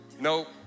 nope